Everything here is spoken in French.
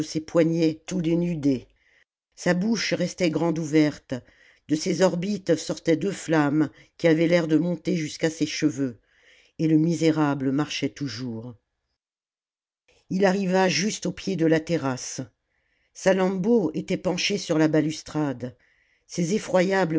ses poignets tout dénudés sa bouche restait grande ouverte de ses orbites sortaient deux flammes qui avaient l'air de monter jusqu'à ses cheveux et le misérable marchait toujours ii arriva juste au pied de la terrasse salammbô était penchée sur la balustrade ces